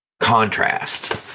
contrast